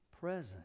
present